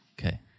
Okay